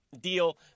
deal